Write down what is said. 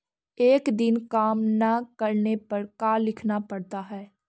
एक दिन काम न करने पर का लिखना पड़ता है?